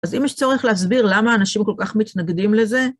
אז אם יש צורך להסביר למה אנשים כל כך מתנגדים לזה...